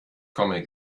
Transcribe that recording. komme